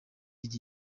igihe